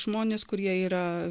žmonės kurie yra